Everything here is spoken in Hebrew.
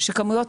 שהרבה מאוד